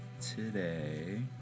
today